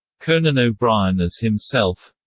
conan o'brien as himself